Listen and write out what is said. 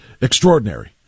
extraordinary